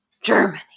Germany